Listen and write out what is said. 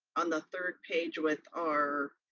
on the third page with our,